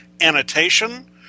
Annotation